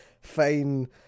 fine